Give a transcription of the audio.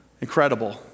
Incredible